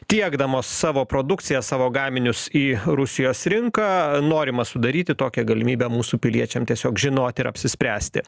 tiekdamos savo produkciją savo gaminius į rusijos rinką norima sudaryti tokią galimybę mūsų piliečiam tiesiog žinoti ir apsispręsti